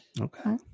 Okay